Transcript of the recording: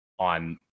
on